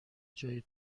جای